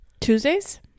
Tuesdays